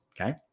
okay